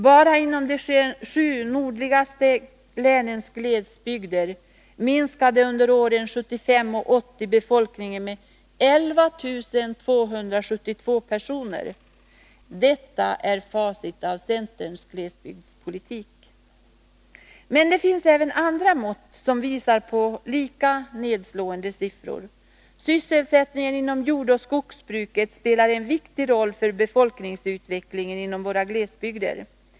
Bara inom de sju nordligaste länens glesbygder minskade under åren 1975-1980 befolkningen med 11272 personer. Detta är facit av centerns glesbygdspolitik. Men det finns även andra mått som visar på lika nedslående siffror. Sysselsättningen inom jordoch skogsbruket spelar en viktig roll för befolkningsutvecklingen inom våra glesbygder.